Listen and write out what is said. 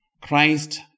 Christ